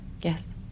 Yes